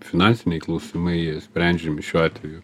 finansiniai klausimai sprendžiami šiuo atveju